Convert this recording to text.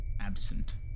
absent